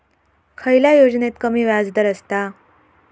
खयल्या योजनेत कमी व्याजदर असता?